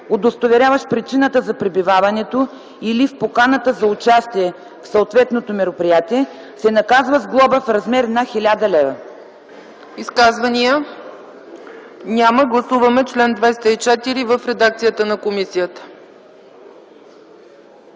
удостоверяващ причината за пребиваването, или в поканата за участие в съответното мероприятие, се наказва с глоба в размер на 1000 лв.” ПРЕДСЕДАТЕЛ ЦЕЦКА ЦАЧЕВА: Изказвания? Няма. Гласуваме чл. 204 в редакцията на комисията.